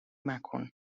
مکن